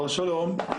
שלום,